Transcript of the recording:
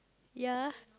ya